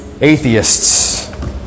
atheists